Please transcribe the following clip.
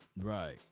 Right